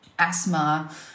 asthma